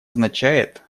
означает